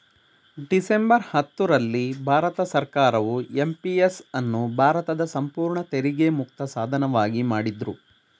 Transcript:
December ಹತ್ತು ರಲ್ಲಿ ಭಾರತ ಸರ್ಕಾರವು ಎಂ.ಪಿ.ಎಸ್ ಅನ್ನು ಭಾರತದ ಸಂಪೂರ್ಣ ತೆರಿಗೆ ಮುಕ್ತ ಸಾಧನವಾಗಿ ಮಾಡಿದ್ರು